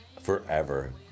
Forever